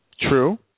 True